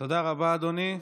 תודה רבה, אדוני.